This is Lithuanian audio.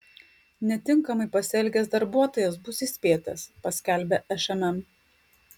netinkamai pasielgęs darbuotojas bus įspėtas paskelbė šmm